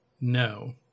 No